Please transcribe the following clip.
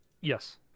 Yes